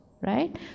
right